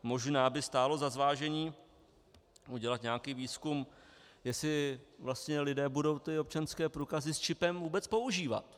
Možná by stálo za zvážení udělat nějaký výzkum, jestli vlastně lidé budou občanské průkazy s čipem vůbec používat.